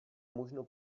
možno